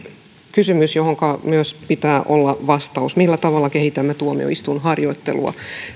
kysymys johonka myös pitää olla vastaus millä tavalla kehitämme tuomioistuinharjoittelua